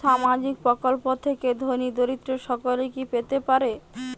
সামাজিক প্রকল্প থেকে ধনী দরিদ্র সকলে কি পেতে পারে?